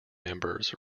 members